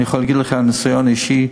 אני יכול להגיד לכם מניסיון אישי: